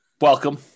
welcome